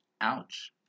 Ouch